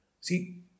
See